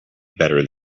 better